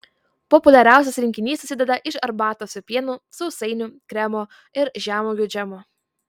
populiariausias rinkinys susideda iš arbatos su pienu sausainių kremo ir žemuogių džemo